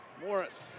Morris